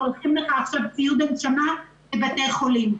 שולחים לך עכשיו ציוד הנשמה לבתי חולים.